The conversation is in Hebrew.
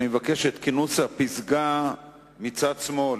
מבקש, את כינוס הפסגה מצד שמאל,